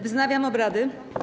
Wznawiam obrady.